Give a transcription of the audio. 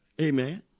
Amen